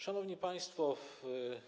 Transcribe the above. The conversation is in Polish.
Szanowni Państwo!